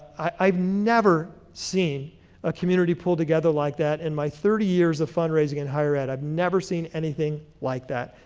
i've never seen a community pull together like that in my thirty years of fundraising and higher ed. i've never seen anything like that.